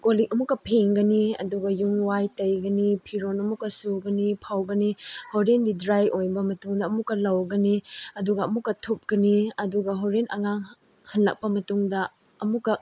call ꯂꯤꯛ ꯑꯃꯨꯛꯀ ꯐꯦꯡꯒꯤ ꯑꯗꯨꯒ ꯌꯨꯝ ꯋꯥꯏ ꯇꯩꯒꯅꯤ ꯐꯤꯔꯣꯟ ꯑꯃꯨꯛꯀ ꯁꯨꯒꯅꯤ ꯐꯧꯒꯅꯤ ꯍꯣꯔꯦꯟꯒꯤ ꯗ꯭ꯔꯥꯏ ꯑꯣꯏꯕ ꯃꯇꯨꯡꯗ ꯑꯃꯨꯛꯀ ꯂꯧꯒꯅꯤ ꯑꯗꯨꯒ ꯑꯃꯨꯛꯀ ꯊꯨꯞꯀꯅꯤ ꯑꯗꯨꯒ ꯍꯣꯔꯦꯟ ꯑꯉꯥꯡ ꯍꯜꯂꯛꯄ ꯃꯇꯨꯡꯗ ꯑꯃꯨꯛꯀ